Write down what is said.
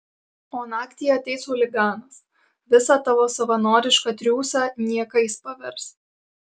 o naktį ateis chuliganas visą tavo savanorišką triūsą niekais pavers